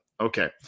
Okay